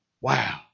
Wow